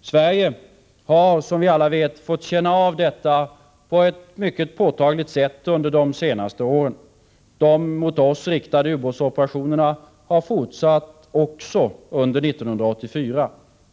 Sverige har, som vi alla vet, fått känna av detta på ett mycket påtagligt sätt under de senaste åren. De mot oss riktade ubåtsoperationerna har fortsatt också under 1984.